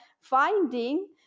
finding